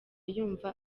yumva